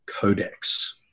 Codex